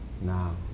Now